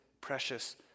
precious